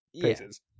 pieces